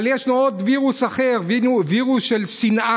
אבל יש לו עוד וירוס אחר, וירוס של שנאה,